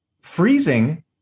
Freezing